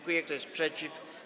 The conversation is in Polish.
Kto jest przeciw?